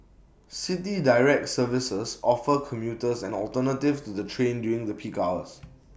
City Direct services offer commuters an alternative to the train during the peak hours